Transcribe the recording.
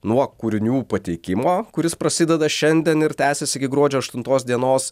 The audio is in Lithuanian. nuo kūrinių pateikimo kuris prasideda šiandien ir tęsis iki gruodžio aštuntos dienos